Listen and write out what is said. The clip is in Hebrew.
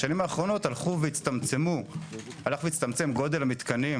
בשנים האחרונות הלך והצטמצם גודל המתקנים